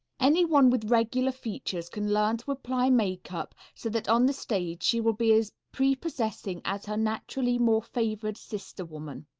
anyone with regular features can learn to apply makeup so that on the stage she will be as prepossessing as her naturally more favored sister-woman.